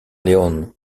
leone